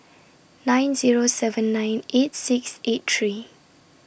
nine Zero seven nine eight six eight three